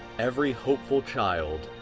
every hopeful child.